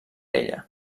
ella